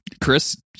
chris